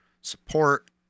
support